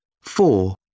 four